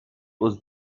was